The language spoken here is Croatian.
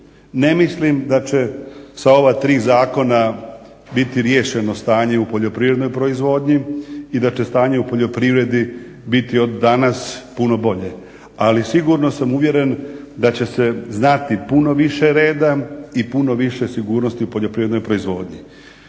Ne mislim da će sa ova 3 zakona biti riješeno stanje u poljoprivrednoj proizvodnji i da će stanje u poljoprivredi biti od danas puno bolje, ali sigurno sam uvjeren da će se znati puno više rada i puno više sigurnosti u poljoprivrednoj proizvodnji.